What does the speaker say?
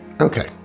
Okay